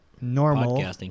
normal